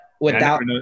without-